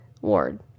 ward